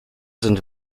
sind